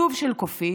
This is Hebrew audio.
כלוב של קופים,